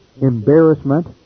embarrassment